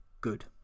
good